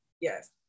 yes